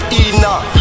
enoch